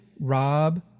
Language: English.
Rob